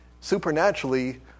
supernaturally